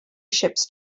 ships